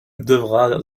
devra